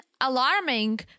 alarming